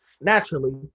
naturally